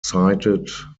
cited